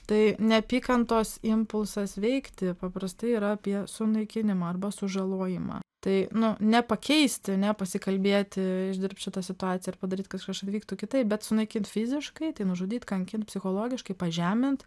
tai neapykantos impulsas veikti paprastai yra apie sunaikinimą arba sužalojimą tai nu nepakeisti nepasikalbėti išdirbt šitą situaciją ir padaryt kaš kažkaip vyktų kitaip bet sunaikint fiziškai tai nužudyt kankint psichologiškai pažemint